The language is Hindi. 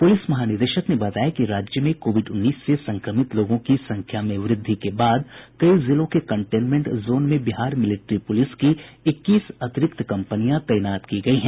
पुलिस महानिदेशक ने बताया कि राज्य में कोविड उन्नीस से संक्रमित लोगों की संख्या में वृद्धि के बाद कई जिलों के कन्टेनमेंट जोन में बिहार मिलिट्री पुलिस की इक्कीस अतिरिक्त कंपनियां तैनात की गई हैं